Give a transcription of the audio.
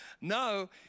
No